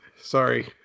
sorry